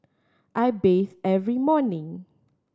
I bathe every morning